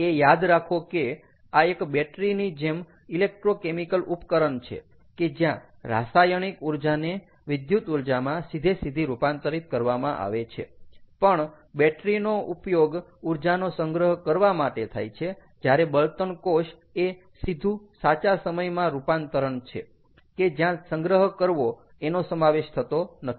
એ યાદ રાખો કે આ એક બેટરી ની જેમ ઇલેક્ટ્રો કેમિકલ ઉપકરણ છે કે જ્યાં રાસાયણિક ઊર્જાને વિદ્યુત ઊર્જામાં સીધેસીધી રૂપાંતરીત કરવામાં આવે છે પણ બેટરી નો ઉપયોગ ઊર્જાનો સંગ્રહ કરવા માટે થાય છે જ્યારે બળતણ કોષ એ સીધું સાચા સમયમાં રૂપાંતરણ છે કે જ્યાં સંગ્રહ કરવો એનો સમાવેશ થતો નથી